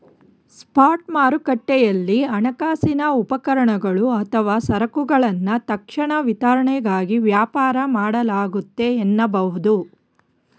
spot ಮಾರುಕಟ್ಟೆಯಲ್ಲಿ ಹಣಕಾಸಿನ ಉಪಕರಣಗಳು ಅಥವಾ ಸರಕುಗಳನ್ನ ತಕ್ಷಣ ವಿತರಣೆಗಾಗಿ ವ್ಯಾಪಾರ ಮಾಡಲಾಗುತ್ತೆ ಎನ್ನಬಹುದು